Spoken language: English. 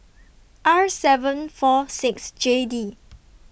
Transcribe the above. R seven four six J D